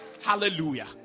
Hallelujah